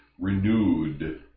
renewed